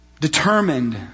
determined